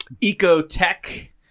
eco-tech